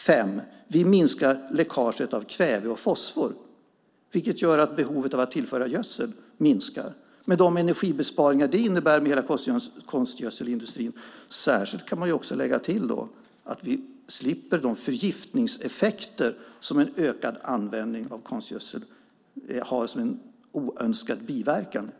För det femte minskar vi läckaget av kväve och fosfor, vilket gör att behovet av att tillföra gödsel minskar med de energibesparingar som det innebär med hela konstgödselindustrin. Särskilt kan man lägga till att vi slipper de förgiftningseffekter som en ökad användning av konstgödsel har som oönskad biverkan.